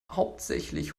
hauptsächlich